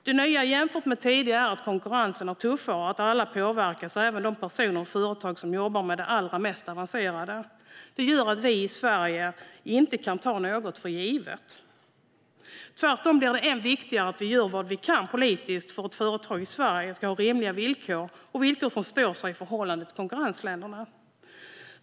Det nya jämfört med tidigare är att konkurrensen är tuffare och att alla påverkas - även de personer och företag som jobbar med det allra mest avancerade. Det gör att vi i Sverige inte kan ta något för givet. Tvärtom blir det än viktigare att vi gör vad vi kan politiskt för att företag i Sverige ska ha rimliga villkor och villkor som står sig i förhållande till konkurrentländerna.